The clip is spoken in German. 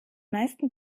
meisten